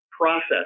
process